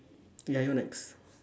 ya you're next